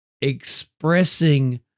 expressing